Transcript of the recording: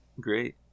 great